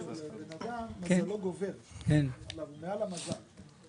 אדם מזלו גובר מעל המזל.